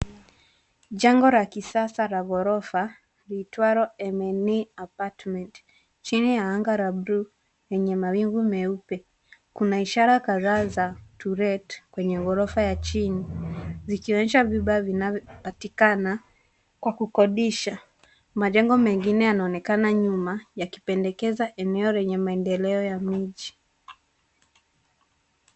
Jengo la kisasa la ghorofa liitwalo MNA Apartment chini ya anga la bluu yenye mawingu meupe. Kuna ishara kadhaa za To Let kwenye ghorofa ya chini zikionyesha vyumba vinapatikana kwa kukodisha. Majengo mengine yanaonekana nyuma yakipendekeza eneo lenye maendeleo ya miji.